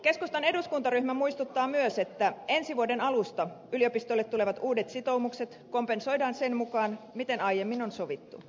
keskustan eduskuntaryhmä muistuttaa myös että ensi vuoden alusta yliopistoille tulevat uudet sitoumukset kompensoidaan sen mukaan miten aiemmin on sovittu